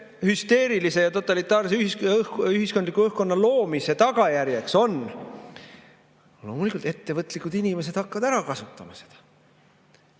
hüsteerilise ja totalitaarse ühiskondliku õhkkonna loomise tagajärjeks on: loomulikult, ettevõtlikud inimesed hakkavad ära kasutama seda.